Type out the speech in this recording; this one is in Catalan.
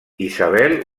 isabel